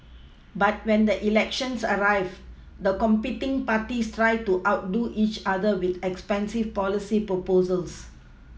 but when the elections arrived the competing parties tried to outdo each other with expensive policy proposals